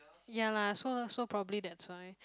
ya lah so so probably that's why